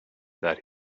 that